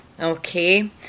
okay